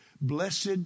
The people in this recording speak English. Blessed